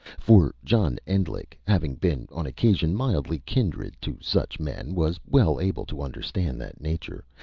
for john endlich, having been, on occasion, mildly kindred to such men, was well able to understand that nature.